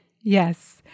Yes